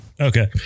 Okay